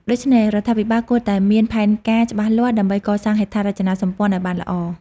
ដូច្នេះ រដ្ឋាភិបាលគួរតែមានផែនការច្បាស់លាស់ ដើម្បីកសាងហេដ្ឋារចនាសម្ព័ន្ធឱ្យបានល្អ។